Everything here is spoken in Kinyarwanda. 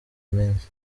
minsi